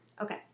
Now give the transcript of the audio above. Okay